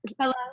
Hello